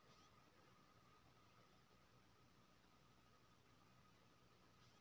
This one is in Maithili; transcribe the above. खेत में कोन खाद उपयोग करबा के चाही जे स खेत में नुकसान नैय होय?